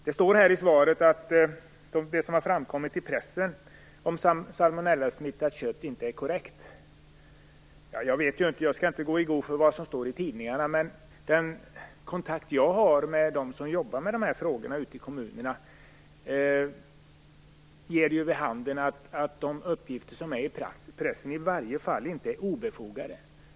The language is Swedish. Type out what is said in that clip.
Det står i svaret att det som har framkommit i pressen om salmonellasmittat kött inte är korrekt. Jag kan inte gå i god för vad som står i tidningarna, men de kontakter jag har med dem som jobbar med dessa frågor ute i kommunerna ger vid handen att pressens uppgifter i varje fall inte är obefogade.